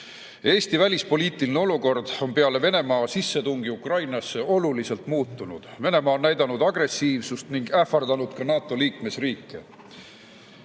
Eesti välispoliitiline olukord on peale Venemaa sissetungi Ukrainasse oluliselt muutunud. Venemaa on näidanud agressiivsust ning ähvardanud ka NATO liikmesriike.